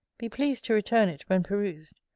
be pleased to return it, when perused.